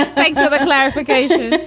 and like so the clarification.